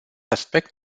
aspect